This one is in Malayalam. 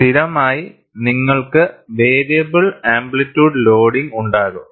അതിനാൽ സ്ഥിരമായി നിങ്ങൾക്ക് വേരിയബിൾ ആംപ്ലിറ്റ്യൂഡ് ലോഡിംഗ് ഉണ്ടാകും